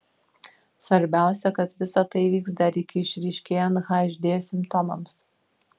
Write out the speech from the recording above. svarbiausia kad visa tai įvyks dar iki išryškėjant hd simptomams